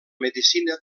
medicina